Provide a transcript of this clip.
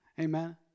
Amen